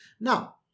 Now